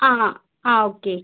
ആ ആ ആ ഓക്കെ